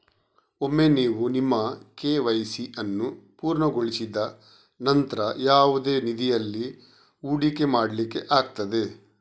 ಒಮ್ಮೆ ನೀವು ನಿಮ್ಮ ಕೆ.ವೈ.ಸಿ ಅನ್ನು ಪೂರ್ಣಗೊಳಿಸಿದ ನಂತ್ರ ಯಾವುದೇ ನಿಧಿಯಲ್ಲಿ ಹೂಡಿಕೆ ಮಾಡ್ಲಿಕ್ಕೆ ಆಗ್ತದೆ